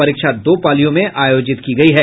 परीक्षा दो पालियों में आयोजित की गयी है